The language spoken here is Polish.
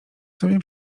sobie